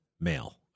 male